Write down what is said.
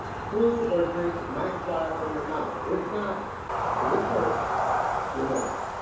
food or drink might fly from your mouth, if not and this hurts your nose.